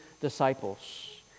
disciples